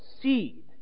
seed